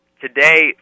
Today